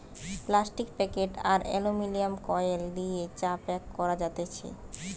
plastic packet আর aluminium foil দিয়ে চা প্যাক করা যাতেছে